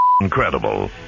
incredible